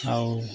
ଆଉ